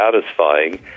satisfying